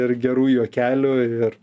ir gerų juokelių ir